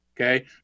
Okay